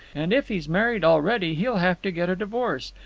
and if he's married already, he'll have to get a divorce.